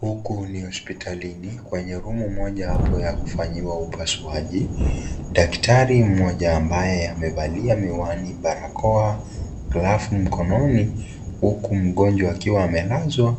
Huku ni hospitalini. Kwenye rumu moja hapo ya kufanyiwa upasuaji. Daktari mmoja ambaye amevalia miwani, barakoa, glavu mkononi huku mgonjwa akiwa amelazwa